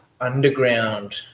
underground